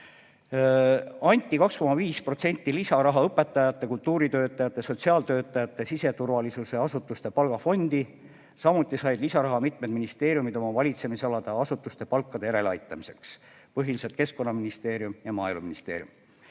Anti 2,5% lisaraha õpetajate, kultuuritöötajate, sotsiaaltöötajate, siseturvalisuse asutuste palgafondi, samuti said lisaraha mitmed ministeeriumid oma valitsemisala asutuste palkade järeleaitamiseks – põhiliselt Keskkonnaministeerium ja Maaeluministeerium.